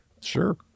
Sure